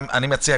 אני מציע,